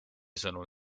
sõnul